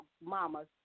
mama's